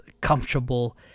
comfortable